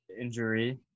injury